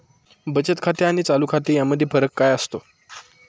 बचत खाते आणि चालू खाते यामध्ये फरक काय असतो?